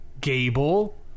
Gable